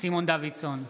סימון דוידסון,